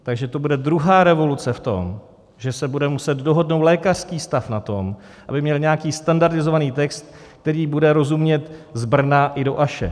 Takže to bude druhá revoluce v tom, že se bude muset dohodnout lékařský stav na tom, aby měl nějaký standardizovaný text, kterému bude rozumět z Brna do Aše.